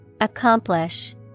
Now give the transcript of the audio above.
Accomplish